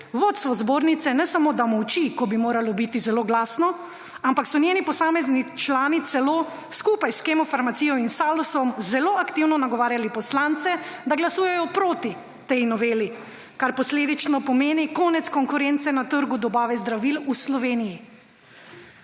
vodstvo zbornice ne samo da molči, ko bi moralo biti zelo glasno, ampak so njeni posamezni člani celo skupaj s Kemofarmacijo in Salusom zelo aktivno nagovarjali poslance, da glasujejo proti tej noveli, kar posledično pomeni konec konkurence na trgu dobave zdravil v Sloveniji.